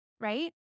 right